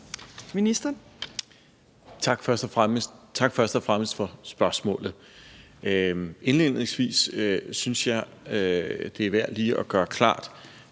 Engelbrecht): Først og fremmest tak for spørgsmålet. Indledningsvis synes jeg, det er værd lige at gøre klart,